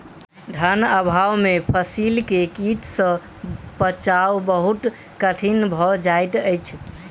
धन अभाव में फसील के कीट सॅ बचाव बहुत कठिन भअ जाइत अछि